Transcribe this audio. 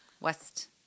West